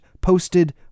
posted